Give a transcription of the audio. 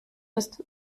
ist